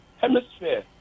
hemisphere